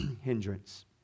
hindrance